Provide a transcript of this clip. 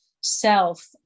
self